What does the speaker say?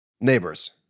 Neighbors